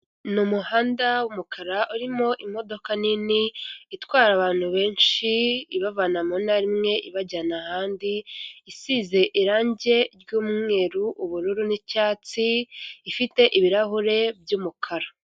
Ni umuhanda w'umukara urimo imodoka nini itwara abantu benshi ibavana mu ntara imwe ibajyana ahandi isize irangi ry'umweru ubururu ni'cyatsi ifite ibirahure by'umukara.